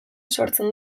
sortzen